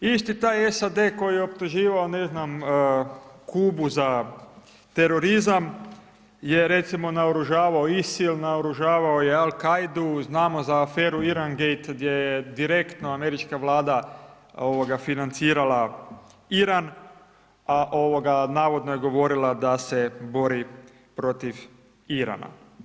Isti taj SAD koji je optuživao ne znam Kubu za terorizam je recimo naoružavao Isil, naoružavao je Al Kaidu, znamo za aferu „Irangate“ gdje je direktno Američka vlada financirala Iran a navodno je govorila da se bori protiv Irana.